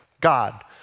God